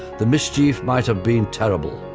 the mischief might have been terrible.